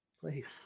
please